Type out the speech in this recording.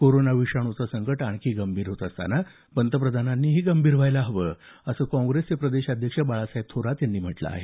corona विषाणूचं संकट आणखी गंभीर होत असताना पंतप्रधानांनी गंभीर व्हायला हवं असं काँग्रेसचे प्रदेशाध्यक्ष बाळासाहेब थोरात यांनी म्हटलं आहे